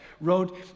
wrote